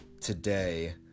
today